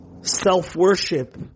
self-worship